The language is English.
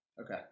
Okay